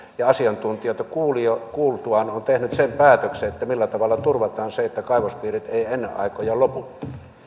ja asiantuntijoita kuultuaan on tehnyt sen päätöksen millä tavalla turvataan se että kaivospiirit eivät ennen aikojaan lopu